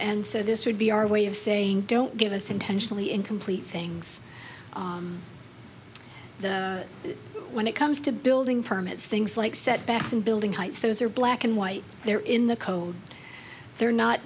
and so this would be our way of saying don't give us intention the incomplete things when it comes to building permits things like setbacks and building heights those are black and white they're in the code they're not